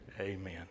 Amen